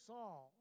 Saul